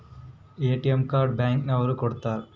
ATM card bank ನವರು ಕೊಡ್ತಾರ